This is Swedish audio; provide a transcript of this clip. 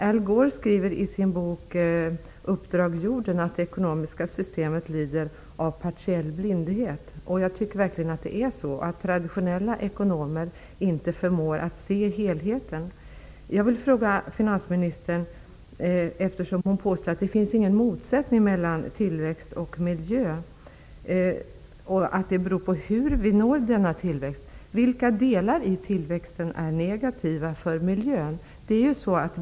Al Gore skriver i sin bok Uppdrag jorden att det ekonomiska systemet lider av partiell blindhet. Jag tycker verkligen att det är så, att traditionella ekonomer inte förmår se helheten. Eftersom finansministern påstår att det inte finns någon motsättning mellan tillväxt och miljö och att det beror på hur vi når denna tillväxt vill jag fråga finansministern: Vilka delar i tillväxten är negativa för miljön?